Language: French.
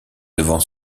devant